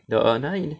the err another in~